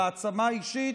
של העצמה אישית,